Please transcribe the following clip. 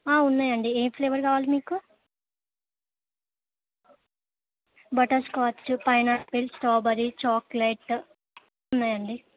ఉన్నాయండి ఏ ఫ్లేవర్ కావాలి మీకు బటర్స్కాచ్ పైనాపిల్ స్ట్రాబెరీ చాక్లెట్ ఉన్నాయండి